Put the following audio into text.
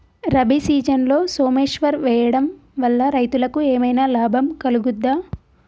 రబీ సీజన్లో సోమేశ్వర్ వేయడం వల్ల రైతులకు ఏమైనా లాభం కలుగుద్ద?